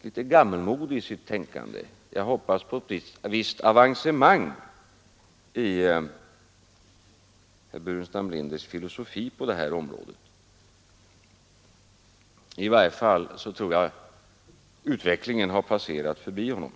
litet gammalmodig i sitt tänkande. Jag hoppas på ett visst avancemang i herr Burenstam Linders filosofi på det här området. I varje fall tror jag att utvecklingen har passerat förbi honom.